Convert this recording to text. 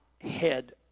head